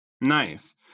Nice